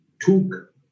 took